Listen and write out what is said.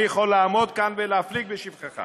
אני יכול לעמוד כאן ולהפליג בשבחך,